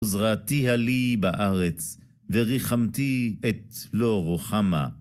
זרעתיה לי בארץ, וריחמתי את לא רוחמה.